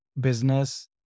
business